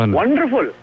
wonderful